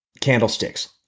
candlesticks